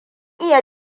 iya